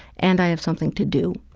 and i have something to do.